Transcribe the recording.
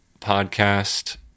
podcast